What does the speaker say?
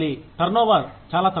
turnover చాలా తక్కువ